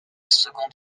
second